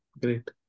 Great